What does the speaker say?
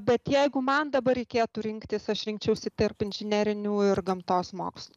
bet jeigu man dabar reikėtų rinktis aš rinkčiausi tarp inžinerinių ir gamtos mokslų